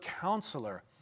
counselor